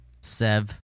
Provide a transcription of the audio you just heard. Sev